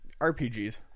RPGs